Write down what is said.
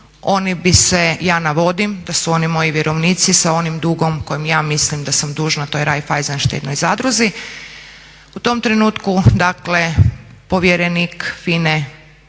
oni bi se ja navodim da su oni moji vjerovnici sa onim dugom kojim ja mislim da sam dužna toj Raiffeisen štednoj zadruzi. U tom trenutku, dakle povjerenik FINA-e